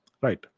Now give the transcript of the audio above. right